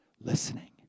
listening